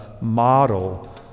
model